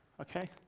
okay